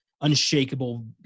unshakable